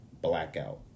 Blackout